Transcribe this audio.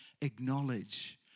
acknowledge